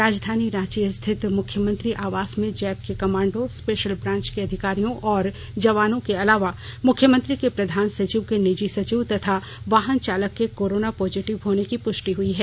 राजधानी रांची स्थित मुख्यमंत्री आवास में जैप के कमांडो स्पेशल ब्रांच के अधिकारियों और जवानों के अलावा मुख्यमंत्री के प्रधान सचिव के निजी सचिव तथा वाहन चालक के कोरोना पॉजिटिव होने की पुष्टि हुई है